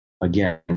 again